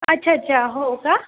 अच्छा अच्छा हो का